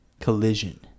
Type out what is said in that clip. collision